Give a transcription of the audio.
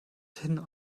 hin